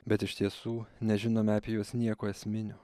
bet iš tiesų nežinome apie juos nieko esminio